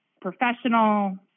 professional